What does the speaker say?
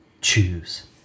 choose